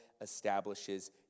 establishes